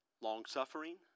long-suffering